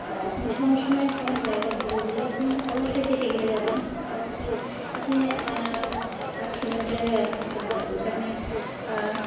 আপনি সব সমময় কোনো জায়গা দূরে গেলে আপনি অবশ্যই কেটে কেটে যাবেন ও কি আপনি পাঁচ কিলোমিটার পাঁচ কিলোমিটার বলছে আপনি